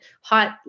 hot